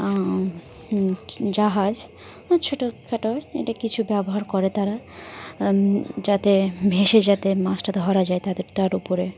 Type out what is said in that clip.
জাহাজ আর ছোটো খাটো এটা কিছু ব্যবহার করে তারা যাতে ভেসে যাতে মাছটা ধরা যায় তাদের তার উপরে